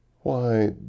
Why